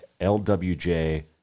LWJ